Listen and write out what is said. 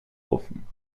offen